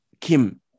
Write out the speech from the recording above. Kim